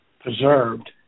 preserved